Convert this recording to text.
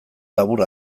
labur